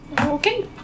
Okay